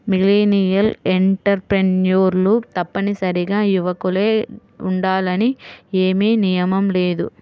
millennial ఎంటర్ప్రెన్యూర్లు తప్పనిసరిగా యువకులే ఉండాలని ఏమీ నియమం లేదు